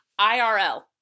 IRL